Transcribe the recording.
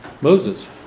Moses